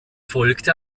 folgte